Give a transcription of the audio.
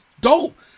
dope